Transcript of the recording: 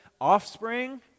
Offspring